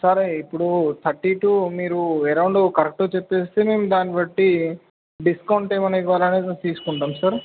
సరే ఇప్పుడు thirty two మీరు అరౌండ్ కరెక్ట్ చెప్తే మేము దాన్ని బట్టి డిస్కౌంట్ ఏమైన ఇవ్వాలి అనేది తీసుకుంటాం సార్